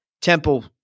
Temple